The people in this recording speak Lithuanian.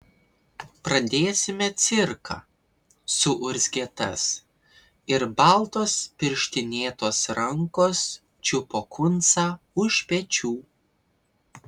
pradėsime cirką suurzgė tas ir baltos pirštinėtos rankos čiupo kuncą už pečių